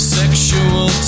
sexual